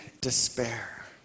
despair